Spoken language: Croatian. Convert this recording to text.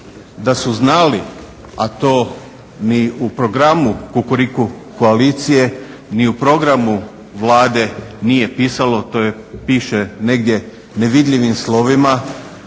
da su znali, a to ni u programu Kukuriku koalicije, ni u programu Vlade nije pisalo. To piše negdje nevidljivim slovima